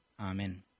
Amen